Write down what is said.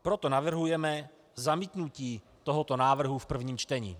Proto navrhujeme zamítnutí tohoto návrhu v prvním čtení.